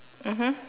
mmhmm